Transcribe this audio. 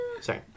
Sorry